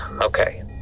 okay